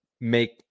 make